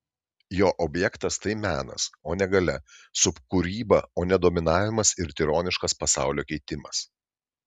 jo objektas tai menas o ne galia subkūryba o ne dominavimas ir tironiškas pasaulio keitimas